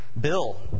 Bill